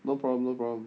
no problem no problem